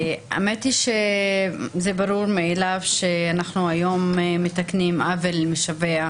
האמת היא שזה ברור מאליו שאנחנו היום מתקנים עוול משווע.